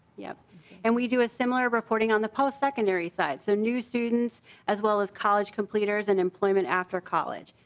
yeah and we do a similar reporting on the postsecondary side. so new students as well as college completers and employment after college.